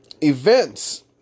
events